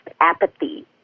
apathy